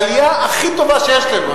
העלייה הכי טובה שיש לנו,